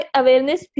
awareness